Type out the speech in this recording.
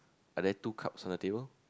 are there two cups on the table